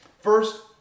First